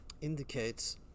indicates